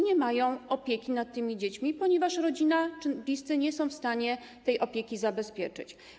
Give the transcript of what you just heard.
Nie mają opieki nad tymi dziećmi, ponieważ rodzina czy bliscy nie są w stanie tej opieki zabezpieczyć.